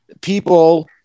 people